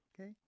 okay